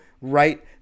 right